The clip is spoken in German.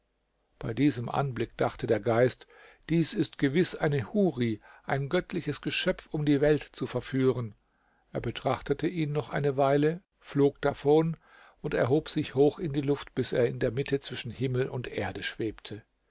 bei diesem anblick dachte der geist dies ist gewiß eine huri ein göttliches geschöpf um die welt zu verführen er betrachtete ihn noch eine weile flog davon und erhob sich hoch in die luft bis er in der mitte zwischen himmel und erde schwebte